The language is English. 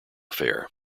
fair